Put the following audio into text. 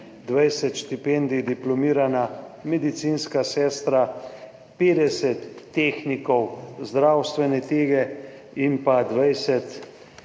20 štipendij diplomirana medicinska sestra, 50 tehnik zdravstvene nege in pa 20